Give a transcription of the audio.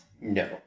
No